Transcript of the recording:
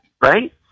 right